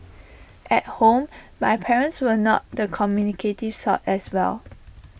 at home my parents were not the communicative sort as well